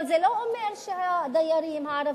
אבל זה לא אומר שהדיירים הערבים,